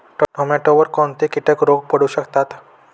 टोमॅटोवर कोणते किटक रोग पडू शकतात?